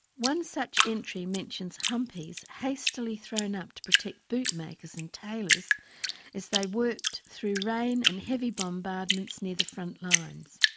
one such entry mentions humpies hastily thrown up to protect boot makers and tailors as they worked through rain and heavy bombardments near the front lines.